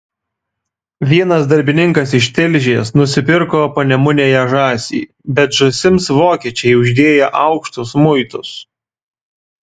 vienas darbininkas iš tilžės nusipirko panemunėje žąsį bet žąsims vokiečiai uždėję aukštus muitus